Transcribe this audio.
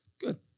Good